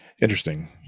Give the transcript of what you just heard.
Interesting